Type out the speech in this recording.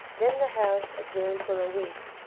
then the house adjourned for a week.